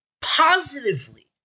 positively